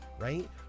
right